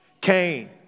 Cain